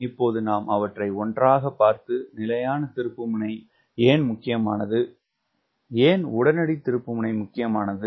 இப்போது நாம் அவற்றை ஒன்றாகப் பார்த்து நிலையான திருப்புமுனை ஏன் முக்கியமானது ஏன் உடனடி திருப்புமுனை முக்கியமானது